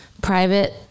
private